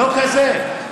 לא כזה.